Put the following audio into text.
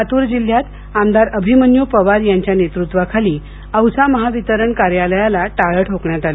लातूर जिल्ह्यात आमदार अभिमन्यू पवार यांच्या नेतृत्वाखाली औसा महावितरण कार्यालयास टाळे ठोकण्यात आले